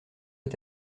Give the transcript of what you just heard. est